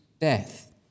death